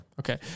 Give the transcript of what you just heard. Okay